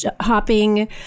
hopping